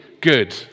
good